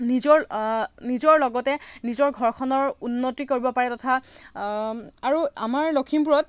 নিজৰ নিজৰ লগতে নিজৰ ঘৰখনৰ উন্নতি কৰিব পাৰে তথা আৰু আমাৰ লখিমপুৰত